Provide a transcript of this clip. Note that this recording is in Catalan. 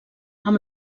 amb